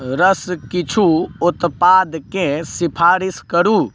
रस किछु उत्पादके सिफारिश करू